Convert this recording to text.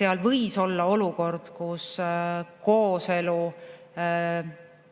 seal võis olla olukord, kus kooselulepingu